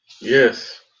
Yes